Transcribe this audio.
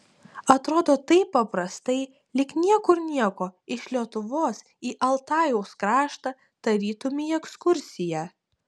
atrodo taip paprastai lyg niekur nieko iš lietuvos į altajaus kraštą tarytum į ekskursiją